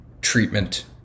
treatment